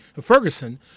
Ferguson